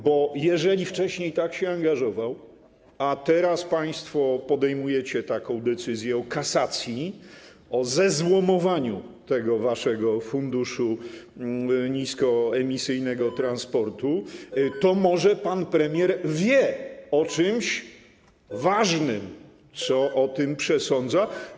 Bo jeżeli wcześniej tak się angażował, a teraz państwo podejmujecie decyzję o kasacji, o zezłomowaniu tego waszego Funduszu Niskoemisyjnego Transportu, to może pan premier wie o czymś ważnym, co o tym przesądza.